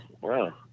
Wow